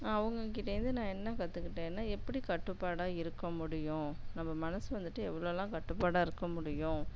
அவங்கக்கிட்டேந்து நான் என்ன கத்துக்கிட்டேன்னா எப்படி கட்டுப்பாடாக இருக்க முடியும் நம்ப மனசு வந்துவிட்டு எவ்வளோலாம் கட்டுப்பாடாக இருக்க முடியும்